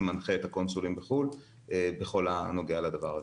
מנחה את הקונסולים בחו"ל בכל הנוגע לדבר הזה.